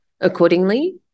accordingly